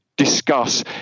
discuss